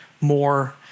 more